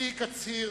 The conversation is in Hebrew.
הנשיא קציר